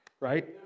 right